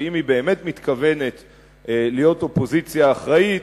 שאם היא באמת מתכוונת להיות אופוזיציה אחראית,